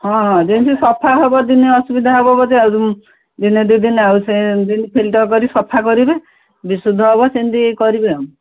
ହଁ ହଁ ଯେମିତି ସଫା ହେବ ଦିନେ ଅସୁବିଧା ହେବ ବୋଲି ଆଉ ଦିନେ ଦୁଇ ଦିନ ଆଉ ସେ ଦିନ ଫିଲ୍ଟର କରି ସଫା କରିବେ ବିଶୁଦ୍ଧ ହେବ ସେମିତି କରିବେ ଆଉ